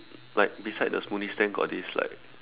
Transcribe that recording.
like beside the smoothie stand got this like